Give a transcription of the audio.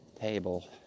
table